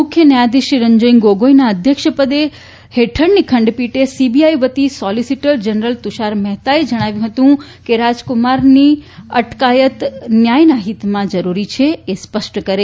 મુખ્ય ન્યાયાધીશશ્રી રંજન ગોગોઇના અધ્યક્ષપદ હેઠળની ખંડપીઠે સીબીઆઇ વતી સોલીસીટર જનરલ તુષાર મહેતાએ જણાવ્યું કે રાજીવ્કુમારની અટકાયત ન્યાયના હીતમાં જરૂરી છે એ સ્પષ્ટ કરે